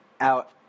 Out